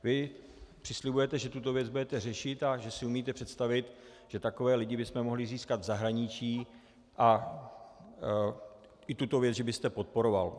Vy přislibujete, že tuto věc budete řešit a že si umíte představit, že takové lidi bychom mohli získat v zahraničí, a i tuto věc byste podporoval.